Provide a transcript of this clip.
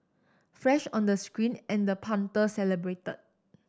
flash on the screen and the punter celebrated